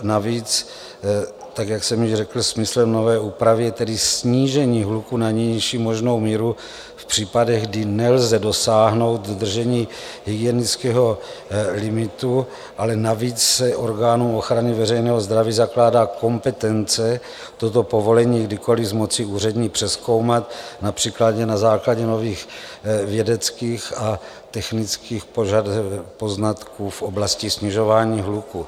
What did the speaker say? Navíc tak, jak jsem již řekl, smyslem nové úpravy je tedy snížení hluku na nejnižší možnou míru v případech, kdy nelze dosáhnout dodržení hygienického limitu, ale navíc se orgánu ochrany veřejného zdraví zakládá kompetence toto povolení kdykoliv z moci úřední přezkoumat například na základě nových vědeckých a technických poznatků v oblasti snižování hluku.